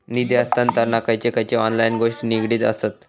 निधी हस्तांतरणाक खयचे खयचे ऑनलाइन गोष्टी निगडीत आसत?